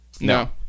No